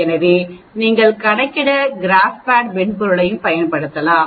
எனவே நீங்கள் கணக்கிட கிராப்பேட் மென்பொருளையும் பயன்படுத்தலாம்